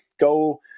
go